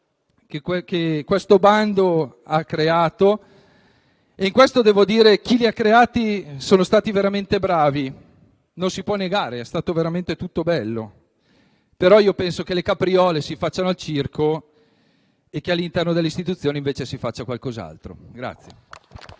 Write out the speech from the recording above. che questo bando ha creato e devo dire che chi lo ha ideato è stato veramente bravo, non si può negare. È stato veramente tutto bello, penso però che le capriole si facciano al circo e che all'interno delle istituzioni invece si faccia qualcos'altro.